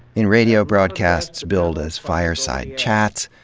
in radio broadcasts billed as fireside chats,